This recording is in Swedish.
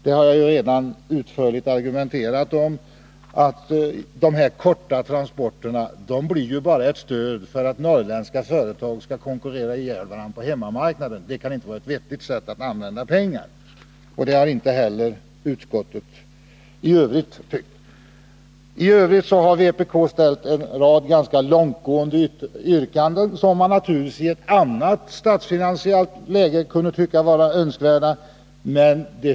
Jag har redan utförligt argumenterat för att stödet för dessa korta transporter bara blir ett stöd för att norrländska företag skall konkurrera ihjäl varandra på hemmamarknaden. Det kan inte vara ett vettigt sätt att använda pengar på, och det har inte heller utskottet tyckt. I övrigt har vpk ställt en rad ganska långtgående yrkanden, som man naturligtvis i ett annat statsfinansiellt läge kunde tycka vara befogade.